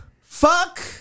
Fuck